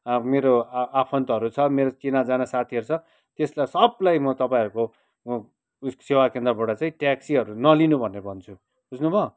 अब मेरो आफन्तहरू छ मेरो चिनाजाना साथीहरू छ त्यसलाई सबैलाई म तपाईँहरूको म उस् सेवा केन्द्रबाट चाहिँ ट्याक्सीहरू नलिनु भनेर भन्छु बुज्नु भयो